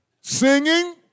Singing